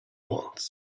wants